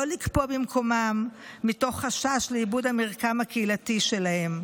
לא לקפוא במקומם מתוך חשש לאיבוד המרקם הקהילתי שלהם.